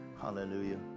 Hallelujah